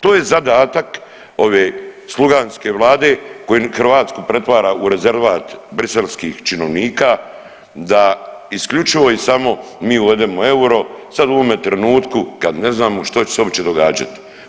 To je zadatak ove sluganske vlade koja Hrvatsku pretvara u rezervat briselskih činovnika da isključivo i samo mi uvedemo euro sad u ovome trenutku kad ne znamo što će se uopće događati.